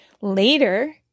Later